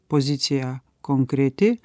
pozicija konkreti